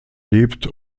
lebt